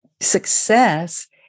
success